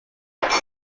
عکس